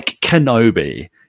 Kenobi